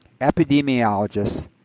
epidemiologists